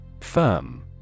Firm